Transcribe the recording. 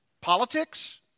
politics